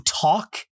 talk